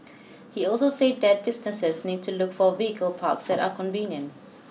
he also said that businesses need to look for vehicle parks that are convenient